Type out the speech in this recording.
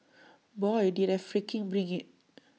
boy did I freaking bring IT